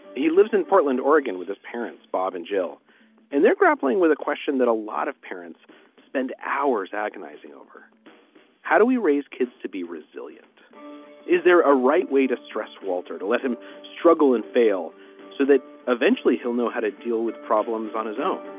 he lives in portland oregon with his parents bob and jill and they're grappling with a question that a lot of parents spend hours agonizing over how do we raise kids to be resilient is there a right way to stress walter to let him struggle and fail so that eventually he'll know how to deal with problems on his own